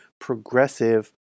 progressive